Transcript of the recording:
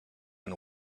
and